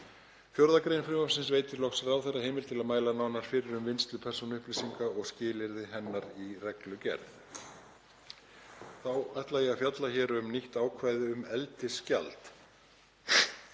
4. gr. frumvarpsins veitir loks ráðherra heimild til að mæla nánar fyrir um vinnslu persónuupplýsinga og skilyrði hennar í reglugerð. Þá ætla ég að fjalla um nýtt ákvæði um eldisgjald.